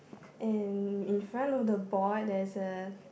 in in front of the board there is a